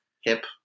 hip